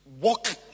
walk